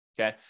okay